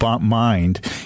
mind